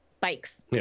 bikes